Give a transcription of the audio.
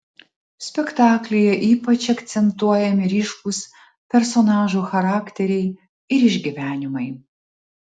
spektaklyje ypač akcentuojami ryškūs personažų charakteriai ir išgyvenimai